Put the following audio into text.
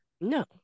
No